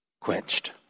quenched